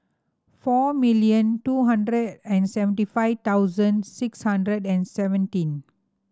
four million two hundred and seventy five thousand six hundred and seventeen